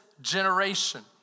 generation